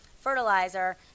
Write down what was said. fertilizer